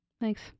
Thanks